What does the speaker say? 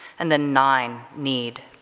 and then nine need